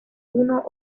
uno